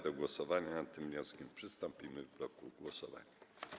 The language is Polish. Do głosowania nad tym wnioskiem przystąpimy w bloku głosowań.